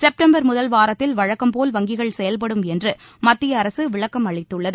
September முதல் வாரத்தில் வழக்கம்போல் வங்கிகள் செயல்படும் என்று மத்திய அரசு விளக்கம் அளித்துள்ளது